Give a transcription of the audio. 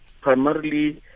primarily